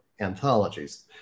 anthologies